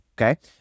okay